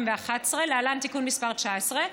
19),